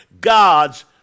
God's